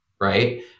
Right